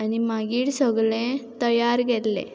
आनी मागीर सगलें तयार केल्लें